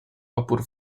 opór